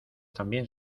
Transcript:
también